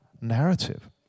narrative